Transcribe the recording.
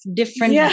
different